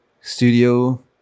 studio